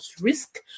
risk